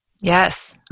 Yes